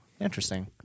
Interesting